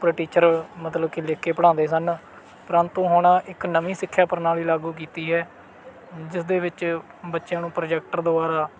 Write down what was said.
ਉੱਪਰ ਟੀਚਰ ਮਤਲਬ ਕਿ ਲਿਖ ਕੇ ਪੜ੍ਹਾਉਂਦੇ ਸਨ ਪ੍ਰੰਤੂ ਹੁਣ ਇੱਕ ਨਵੀਂ ਸਿੱਖਿਆ ਪ੍ਰਣਾਲੀ ਲਾਗੂ ਕੀਤੀ ਹੈ ਜਿਸ ਦੇ ਵਿੱਚ ਬੱਚਿਆਂ ਨੂੰ ਪ੍ਰੋਜੈਕਟਰ ਦੁਆਰਾ